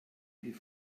wie